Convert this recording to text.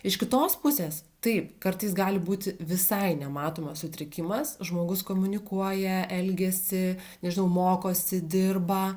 iš kitos pusės taip kartais gali būti visai nematomas sutrikimas žmogus komunikuoja elgiasi nežinau mokosi dirba